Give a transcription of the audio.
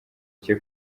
cye